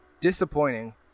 disappointing